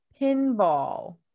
Pinball